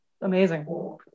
amazing